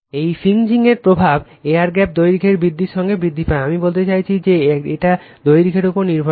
এবং ফ্রিজিং এর প্রভাব এয়ার গ্যাপের দৈর্ঘ্যর সঙ্গে বৃদ্ধি পায় আমি বলতে চাইছি যে এটা দৈর্ঘ্যের উপর নির্ভর করে